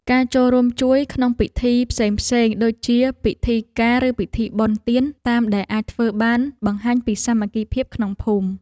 ការចូលរួមជួយក្នុងពិធីផ្សេងៗដូចជាពិធីការឬពិធីបុណ្យទានតាមដែលអាចធ្វើបានបង្ហាញពីសាមគ្គីភាពក្នុងភូមិ។